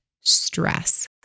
stress